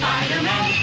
Spider-Man